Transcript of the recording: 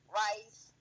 rice